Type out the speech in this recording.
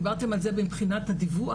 דיברתם על זה מבחינת הדיווח,